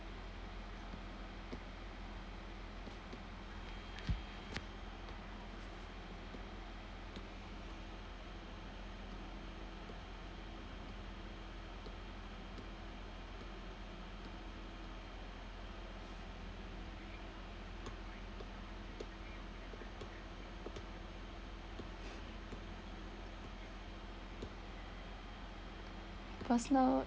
personal